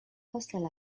hostel